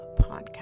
podcast